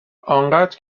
انقدر